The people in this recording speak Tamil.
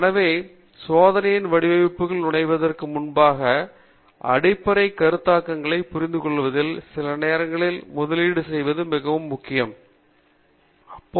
எனவே சோதனையின் வடிவமைப்பிற்குள் நுழைவதற்கு முன்பாக அடிப்படை கருத்தாக்கங்களை புரிந்து கொள்வதில் சில நேரங்களை முதலீடு செய்வது மிகவும் பயனுள்ளது